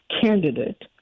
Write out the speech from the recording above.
candidate